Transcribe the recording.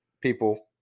people